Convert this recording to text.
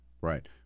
right